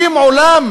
ישראל.